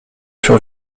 furent